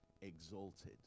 exalted